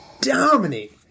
dominate